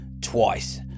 twice